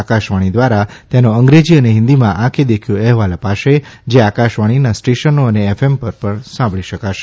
આકાશવાણી દ્વારા તેનો અંગ્રેજી અને હિન્દીમાં આંખે દેખ્યો અહેવાલ અપાશે જે આકાશવાણીના સ્ટેશનો અને એફએમ પર સાંભળી શકાશે